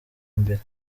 mbere